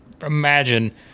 imagine